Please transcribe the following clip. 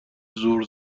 زور